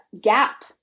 gap